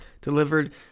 delivered